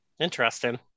Interesting